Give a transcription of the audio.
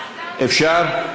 אפשר?